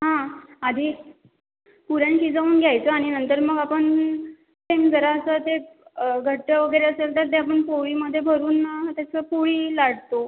हां आधी पुरण शिजवून घ्यायचं आणि नंतर मग आपण एन जरासं ते घट्ट वगैरे असेल तर ते आपण पोळीमध्ये भरून त्याचं पोळी लाटतो